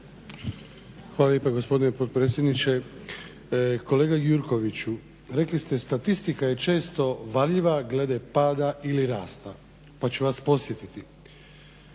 Hvala lijepo gospodine potpredsjedniče. Kolega Gjurkoviću rekli ste statistika je često varljiva glede pada ili rasta pa ću vas podsjetiti.